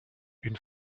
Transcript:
une